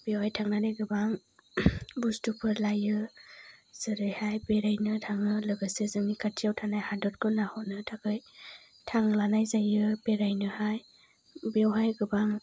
बेवहाय थांनानै गोबां बुस्थुफोर लायो जेरैहाय बेरायनो थाङो लोगोसे जोंनि हादरखौ नाहरनो थाखाय थांलानाय जायो बेरायनोहाय बेवहाय गोबां